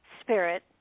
spirit